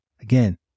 Again